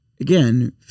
again